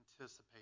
anticipate